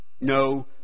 no